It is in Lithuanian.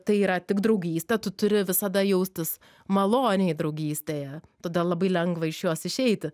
tai yra tik draugystė tu turi visada jaustis maloniai draugystėje tada labai lengva iš jos išeiti